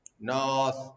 North